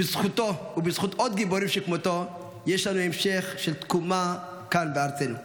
בזכותו ובזכות עוד גיבורים כמותו יש לנו המשך של תקומה כאן בארצנו.